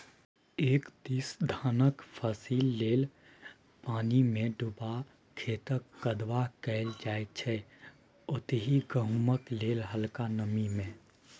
एक दिस धानक फसिल लेल पानिमे डुबा खेतक कदबा कएल जाइ छै ओतहि गहुँमक लेल हलका नमी मे